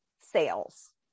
sales